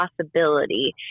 possibility